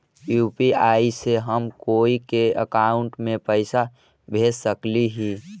UPI से हम कोई के अकाउंट में पैसा भेज सकली ही?